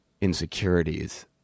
insecurities